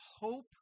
hope